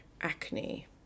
acne